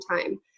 time